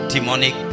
demonic